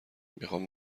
میخام